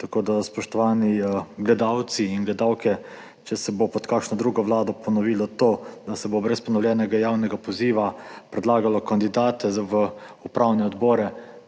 Tako da spoštovani gledalci in gledalke, če se bo pod kakšno drugo vlado ponovilo to, da se bo brez ponovljenega javnega poziva predlagalo kandidate v upravne odbore,